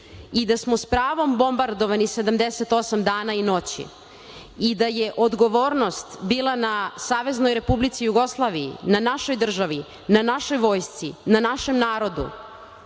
i da smo s pravom bombardovani 78 dana i noći i da je odgovornost bila na Saveznoj Republici Jugoslaviji, na našoj državi, na našoj vojsci, na našem narodu,